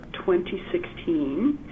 2016